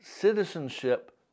citizenship